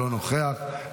אינו נוכח,